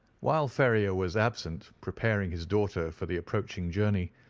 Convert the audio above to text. while ferrier was absent, preparing his daughter for the approaching journey,